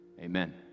Amen